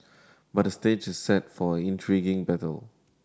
but the stage is set for an intriguing battle